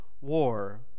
war